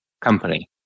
company